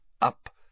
Up